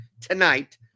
tonight